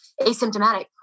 asymptomatic